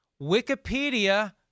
Wikipedia